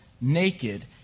naked